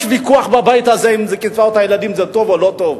יש ויכוח בבית הזה אם קצבאות הילדים זה טוב או לא טוב,